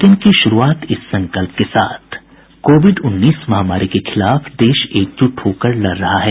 bulletin की शुरूआत से पहले ये संकल्प कोविड उन्नीस महामारी के खिलाफ देश एकजुट होकर लड़ रहा है